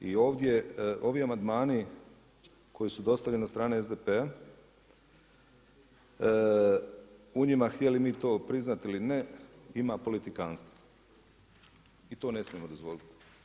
I ovi amandmani koji su dostavljeni od strane SDP-a u njima htjeli mi to priznati ili ne ima politikantstva i to ne smijemo dozvoliti.